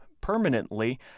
permanently